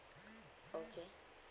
okay